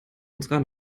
unserer